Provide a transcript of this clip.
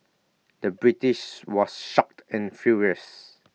the British was shocked and furious